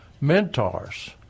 mentors